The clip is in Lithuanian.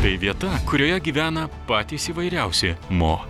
tai vieta kurioje gyvena patys įvairiausi mo